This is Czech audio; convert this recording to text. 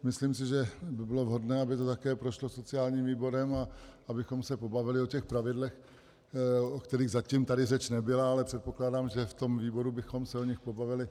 Myslím si, že by bylo vhodné, aby to také prošlo sociálním výborem a abychom se pobavili o těch pravidlech, o kterých zatím tady řeč nebyla, ale předpokládám, že v tom výboru bychom se o nich pobavili.